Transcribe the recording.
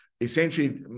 essentially